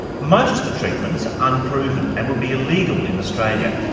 most of the treatments are unproven and would be illegal in australia,